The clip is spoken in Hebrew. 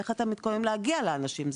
איך אתם מתכוננים להגיע לאנשים?